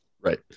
Right